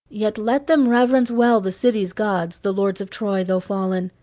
yet let them reverence well the city's gods, the lords of troy, tho' fallen,